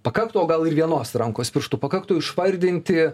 pakaktų o gal ir vienos rankos pirštų pakaktų išvardinti